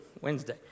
Wednesday